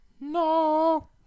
No